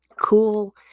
cool